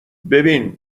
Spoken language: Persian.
ببین